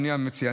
המציע.